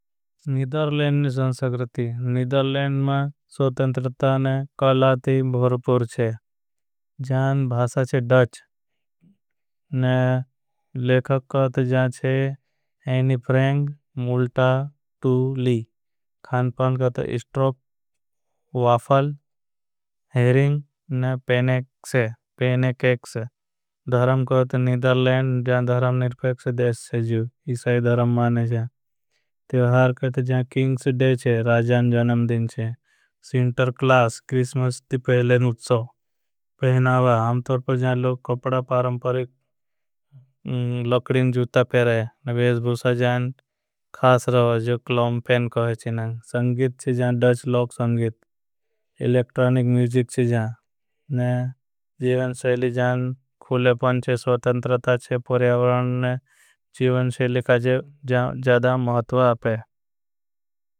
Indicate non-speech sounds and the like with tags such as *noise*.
नीदरलैंड ने संस्कृति नीदरलैंड में स्वतंत्र ने कलाती भूरपूर छे। भासा छे डच ने लेखक कहते जहाँ छे Anne Frank, Multatuli. कहते इस्ट्रोप, वाफल, हेरिंग, ने *hesitation* पेनेकेक्स। कहते नीधरलेंड जहाँ धरम निरपेक्ष देश चे जू इसाई धरम माने चे। कहते जहाँ किंग्स डे चे राजान जनम दिन चे इंटर क्लास क्रिस्मस। ती पहलेन उच्छव पहनावा हाम तरपो जहाँ लोग कपड़ा पारंपरिक। लोगडीन जूता पेरे भूसा जाँ खास रहो जो क्लॉम पेन कहे चे नांग। संगीत चे जाँ डर्श लोग संगीत एलेक्ट्रानिक म्यूजिक चे जाँ जीवन। सेली जाँ खूले पांचे स्वतंतरता चे जीवन सेली का। *hesitation* ज्यादा महत्वा अपे।